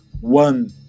one